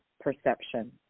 perception